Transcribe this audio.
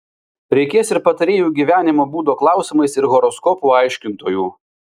reikės ir patarėjų gyvenimo būdo klausimais ir horoskopų aiškintojų